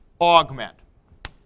augment